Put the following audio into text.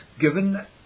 given